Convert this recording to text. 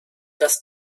das